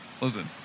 Listen